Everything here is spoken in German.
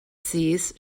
sees